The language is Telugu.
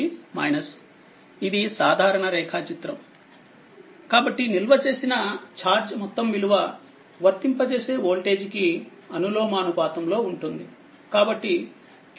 ఇది సాధారణ రేఖాచిత్రం కాబట్టి నిల్వ చేసిన ఛార్జ్ మొత్తం విలువ వర్తింప చేసే వోల్టేజ్ కి అనులోమానుపాతం లో ఉంటుంది